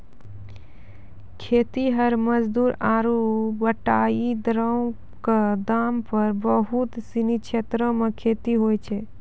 खेतिहर मजदूर आरु बटाईदारो क दम पर बहुत सिनी क्षेत्रो मे खेती होय छै